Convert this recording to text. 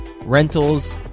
rentals